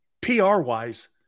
PR-wise